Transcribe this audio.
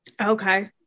Okay